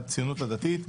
וסעיף 110(א) לתקנון הכנסת,